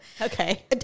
okay